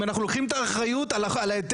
אם אנחנו לוקחים את האחריות על ההיתר,